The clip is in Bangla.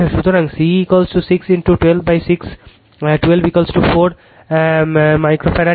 সুতরাং C6 126 124 মাইক্রো ফ্যারাড